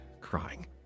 crying